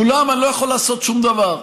מולם אני לא יכול לעשות שום דבר,